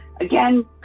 Again